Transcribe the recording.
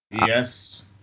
Yes